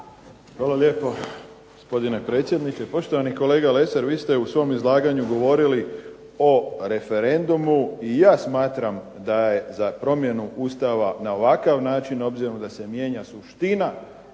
Hvala lijepo, gospodine predsjedniče. Poštovani kolega Lesar, vi ste u svom izlaganju govorili o referendumu i ja smatram da je za promjenu Ustava na ovakav način obzirom da se mijenja suština